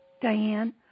Diane